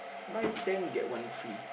buy ten get one free